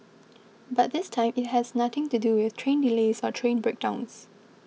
but this time it has nothing to do with train delays or train breakdowns